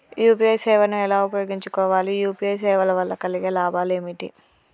UPI సేవను ఎలా ఉపయోగించు కోవాలి? యూ.పీ.ఐ సేవల వల్ల కలిగే లాభాలు ఏమిటి?